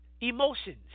emotions